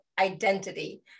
identity